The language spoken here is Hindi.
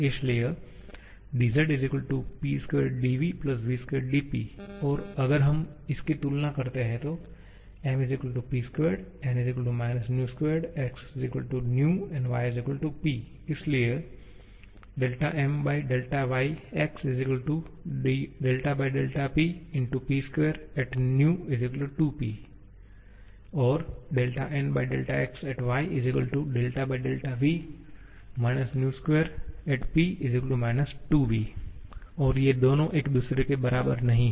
इसलिए dz P2dv v2dP तो अगर हम इस की तुलना करते हैं तो M ≡ P2 N ≡− v2 x ≡ v y ≡ P इसलिए Myx Pv 2P और Nxy vp 2v और ये दोनों एक दूसरे के बराबर नहीं हैं